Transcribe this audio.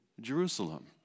Jerusalem